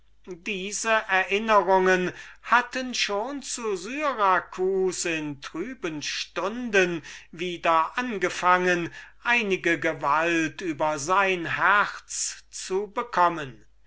diese erinnerungen hatten schon zu syracus in melancholischen stunden wieder angefangen einige gewalt über sein herz zu bekommen